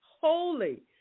holy